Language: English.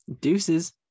deuces